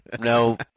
no